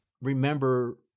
remember